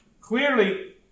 Clearly